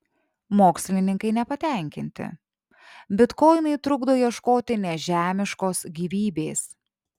mokslininkai nepatenkinti bitkoinai trukdo ieškoti nežemiškos gyvybės